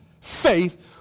faith